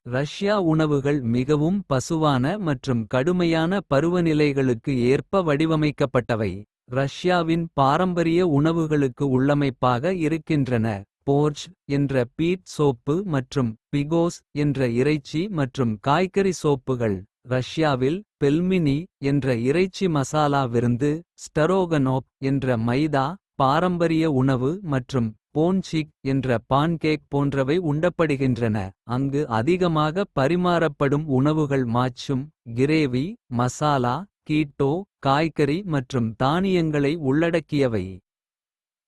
ரஷ்யா உணவுகள் மிகவும் பசுவான மற்றும் கடுமையான. பருவநிலைகளுக்கு ஏற்ப வடிவமைக்கப்பட்டவை. ரஷ்யாவின் பாரம்பரிய உணவுகளுக்கு உள்ளமைப்பாக. இருக்கின்றன போர்ச்ட் என்ற பீட் சோப்பு மற்றும் பிகோஸ். என்ற இறைச்சி மற்றும் காய்கறி சோப்புகள் ரஷ்யாவில் பெல்மினி. என்ற இறைச்சி மசாலா விருந்து ஸ்டரோகனொப். என்ற மைதா பாரம்பரிய உணவு மற்றும் போன்சிக். என்ற பான்கேக் போன்றவை உண்டப்படுகின்றன. அங்கு அதிகமாக பரிமாறப்படும் உணவுகள் மாச்சும். கிரேவி மசாலா கீட்டோ காய்கறி மற்றும் தானியங்களை உள்ளடக்கியவை.